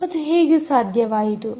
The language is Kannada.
ಮತ್ತು ಹೇಗೆ ಸಾಧ್ಯವಾಯಿತು